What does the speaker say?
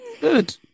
good